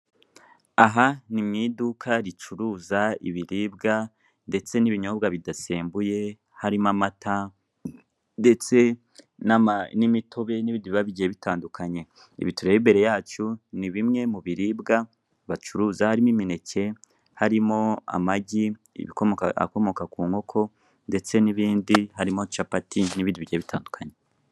Aha ni mu iduka ricuruza ibiribwa ndetse n'ibinyobwa bidasembuye harimo amata ndetse n'imitobe n'ibindi biba bigiye bitandukanye IBI tureba imbere yacu ni bimwe mubiribwa bacuruza harimo imineke, harimo amagi akomoka ku nkoko ndetse n'ibindi harimo capati n'ibindi bigiye bitandukanye.